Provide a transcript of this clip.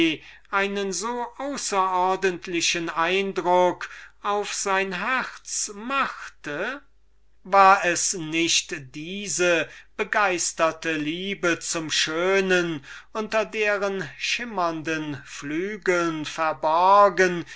einen so außerordentlichen eindruck auf sein herz machte war es nicht diese begeisterte liebe zum schönen unter deren schimmernden flügeln verborgen